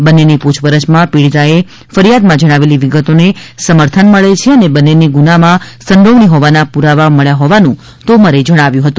બંન્નેની પુછપરછમાં પીડીતાએ ફરિયાદમાં જણાવેલી વિગતોને સમર્થન મળે છે અને બંન્નેની ગુનામાં સંડોવણી હોવાના પુરાવા મળ્યા હોવાનું તોમરે જણાવ્યું છે